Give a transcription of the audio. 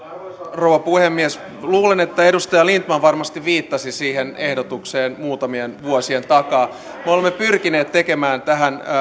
rouva puhemies luulen että edustaja lindtman varmasti viittasi siihen ehdotukseen muutamien vuosien takaa me olemme pyrkineet tekemään tähän